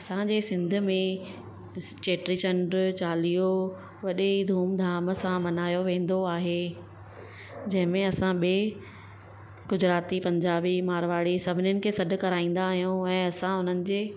असांजे सिंध में चेटी चंड्र चालीहो वॾे ही धूमधाम सां मल्हायो वेंदो आहे जंहिंमें असां ॿिए गुजराती पंजाबी मारवाड़ी सभिनीनि खे सॾु कराईंदा आहियूं ऐं असां उन्हनि जे